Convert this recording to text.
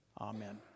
Amen